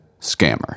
Scammer